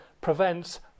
prevents